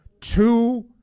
two